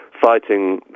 fighting